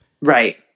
right